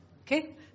Okay